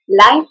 Life